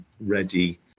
ready